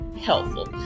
helpful